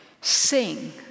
sing